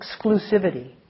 exclusivity